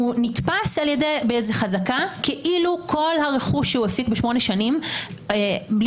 נתפס בחזקה כאילו כל הרכוש שהפיק בשמונה שנים בלי